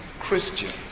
Christians